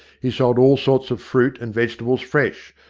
he sold all sorts of fruit and vegetables fresh,